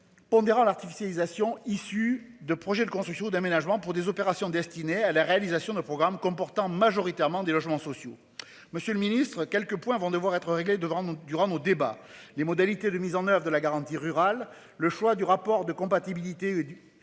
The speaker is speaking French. dira l'artificialisation issus de projets de construction ou d'aménagement pour des opérations destinées à la réalisation de programmes comportant majoritairement des logements sociaux. Monsieur le Ministre, quelques points vont devoir être réglée devant nous. Durant nos débats les modalités de mise en oeuvre de la garantie rural le choix du rapport de compatibilité. Et ou